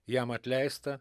jam atleista